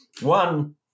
one